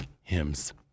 hymns